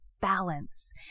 balance